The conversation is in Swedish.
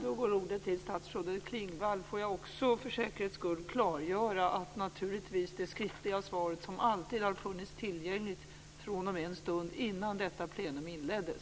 För säkerhets skull vill jag klargöra att det skriftliga svaret naturligtvis - som alltid - har funnits tillgängligt fr.o.m. en stund innan detta plenum inleddes.